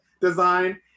design